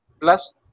plus